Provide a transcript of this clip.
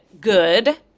good